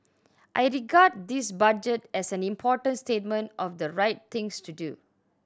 I regard this Budget as an important statement of the right things to do